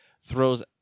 throws